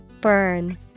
Burn